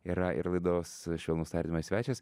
yra ir laidos švelnūs tardymai svečias